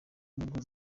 nubwo